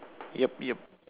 yup yup